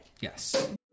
Yes